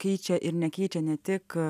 keičia ir nekeičia ne tik